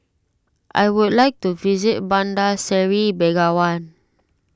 I would like to visit Bandar Seri Begawan